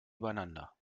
übereinander